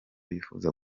bifuza